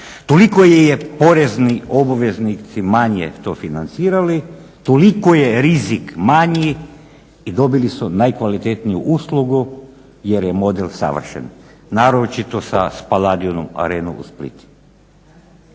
toliko su porezni obveznici manje to financirali, toliko je rizik manji i dobili su najkvalitetniju uslugu jer je model savršen naročito sa Spaladium arenom u Splitu.